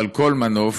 אבל כל מנוף,